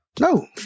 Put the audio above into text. No